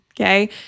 okay